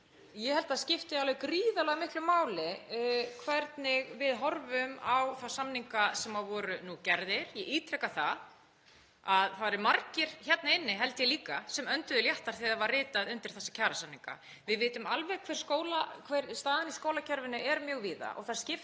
Ég held að það skipti alveg gríðarlega miklu máli hvernig við horfum á þá samninga sem voru gerðir. Ég ítreka það að það voru margir hérna inni held ég líka sem önduðu léttar þegar var ritað undir þessa kjarasamninga. Við vitum alveg hver staðan í skólakerfinu er mjög víða og það skiptir